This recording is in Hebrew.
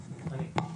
אני.